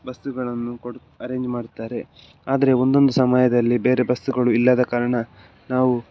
ಬಸ್ಸುಗಳನ್ನು ಕೊಡು ಅರೇಂಜ್ ಮಾಡುತ್ತಾರೆ ಆದರೆ ಒಂದೊಂದು ಸಮಯದಲ್ಲಿ ಬೇರೆ ಬಸ್ಸುಗಳು ಇಲ್ಲದ ಕಾರಣ ನಾವು